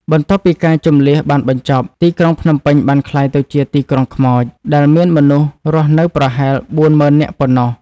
បន្ទាប់ពីការជម្លៀសបានបញ្ចប់ ទីក្រុងភ្នំពេញបានក្លាយទៅជា "ទីក្រុងខ្មោច" ដែលមានមនុស្សរស់នៅប្រហែល ៤ ម៉ឺននាក់ប៉ុណ្ណោះ។